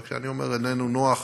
אבל כשאני אומר "אינם נוחים",